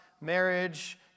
marriage